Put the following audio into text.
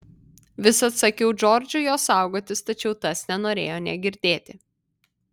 visad sakiau džordžui jo saugotis tačiau tas nenorėjo nė girdėti